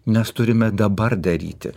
nes turime dabar daryti